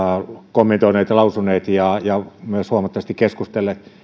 kommentoineet ja siitä lausuneet ja huomattavasti myös keskustelleet täällä